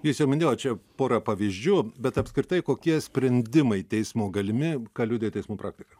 jūs jau minėjot čia pora pavyzdžių bet apskritai kokie sprendimai teismo galimi ką liudija teismų praktika